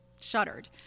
shuddered